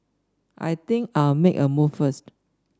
I think I'll make a move first